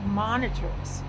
monitors